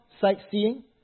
sightseeing